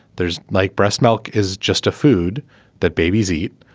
there's like breast milk is just a food that babies eat.